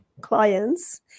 clients